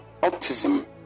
autism